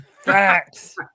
Facts